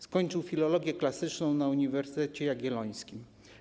Skończył filologię klasyczną na Uniwersytecie Jagiellońskim.